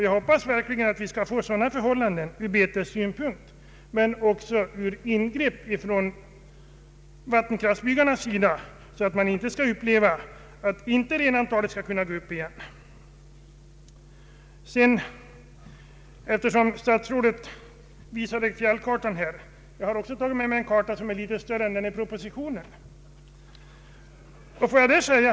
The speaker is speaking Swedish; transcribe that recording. Jag hoppas verkligen att man ur renbetessynpunkt inte skall få sådana förhållanden genom ingrepp från vattenkraftbyggarnas sida att man inte får uppleva att renantalet går upp igen. Statsrådet visade en fjällkarta. Jag har också tagit med mig en karta, som är litet större än den som finns i propositionen.